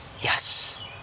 yes